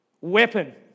weapon